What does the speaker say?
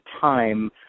time